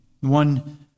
One